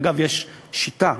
אגב, הייתה שיטה